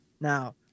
Now